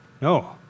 No